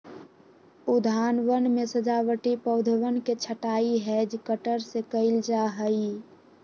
उद्यानवन में सजावटी पौधवन के छँटाई हैज कटर से कइल जाहई